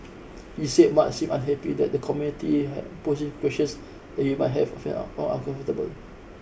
he said Mark seemed unhappy that the committee had posed questions that he might have for fail found uncomfortable